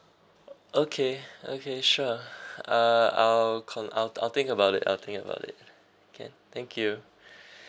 okay okay sure uh I'll call I'll think about it I'll think about it can thank you